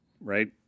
right